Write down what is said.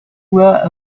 were